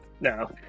No